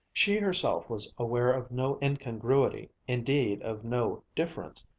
she herself was aware of no incongruity, indeed of no difference,